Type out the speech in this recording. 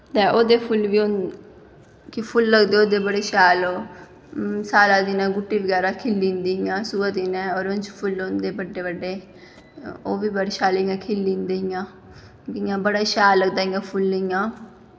ते ओह्दे फुल्ल बी होंदे कि फुल्ल लगदे ओह्दे बड़े शैल ओह् स्यालै दिनें गुट्टी बगैरा खिली जंदी इ'यां सोहै दिनें ओरेंज फुल्ल होंदे बड्डे बड्डे ओह् बी बड़े शैल इ'यां खिल्ली जंदे इ'यां इ'यां बड़ा शैल लगदा इ'यां फुल्ल इ'यां